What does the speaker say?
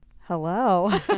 Hello